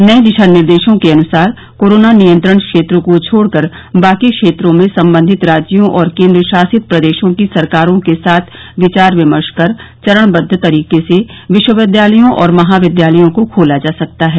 नये दिशा निर्देशों के अनुसार कोरोना नियंत्रण क्षेत्र को छोड़कर बाकी क्षेत्रों में संबंधित राज्यों और केन्द्रशासित प्रदेशों की सरकारों के साथ विचार विमर्श कर चरणबद्व तरीके से विश्वविद्यालयों और महाविद्यालयों को खोला जा सकता है